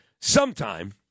sometime